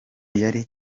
yari